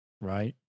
right